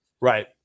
Right